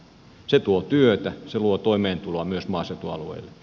se tuo työtä se luo toimeentuloa myös maaseutualueille